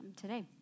today